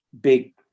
big